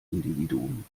individuum